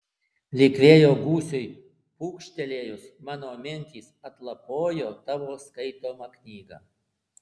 lyg vėjo gūsiui pūkštelėjus mano mintys atlapojo tavo skaitomą knygą